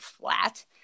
flat